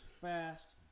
fast